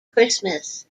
christmas